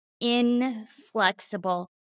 inflexible